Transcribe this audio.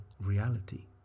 reality